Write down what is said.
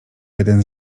jeden